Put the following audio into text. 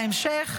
בהמשך,